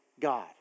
God